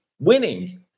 winning